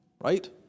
right